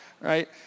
right